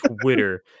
Twitter